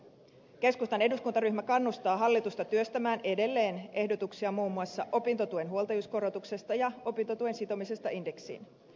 keskustan eduskuntaryhmä kannustaa hallitusta työstämään edelleen ehdotuksia muun muassa opintotuen huoltajuuskorotuksesta ja opintotuen sitomisesta indeksiin